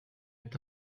est